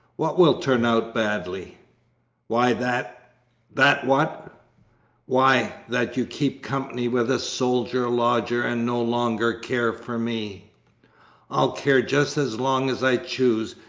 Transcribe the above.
what will turn out badly why, that that what why, that you keep company with a soldier-lodger and no longer care for me i'll care just as long as i choose.